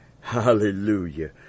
Hallelujah